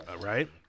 Right